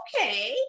okay